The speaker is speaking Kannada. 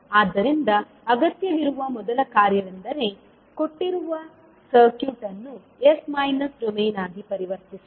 ಆದ್ದರಿಂದ ಅಗತ್ಯವಿರುವ ಮೊದಲ ಕಾರ್ಯವೆಂದರೆ ಕೊಟ್ಟಿರುವ ಸರ್ಕ್ಯೂಟ್ ಅನ್ನು s ಮೈನಸ್ ಡೊಮೇನ್ ಆಗಿ ಪರಿವರ್ತಿಸುವುದು